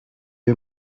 you